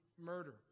murder